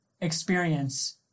experience